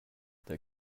der